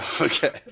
Okay